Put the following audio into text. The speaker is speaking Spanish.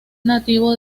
nativo